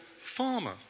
farmer